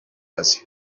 asia